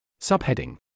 Subheading